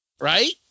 Right